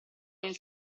nel